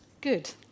good